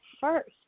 first